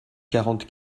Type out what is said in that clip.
quarante